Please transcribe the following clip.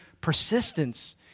persistence